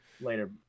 Later